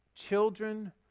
children